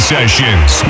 Sessions